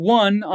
one